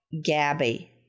Gabby